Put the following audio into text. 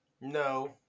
No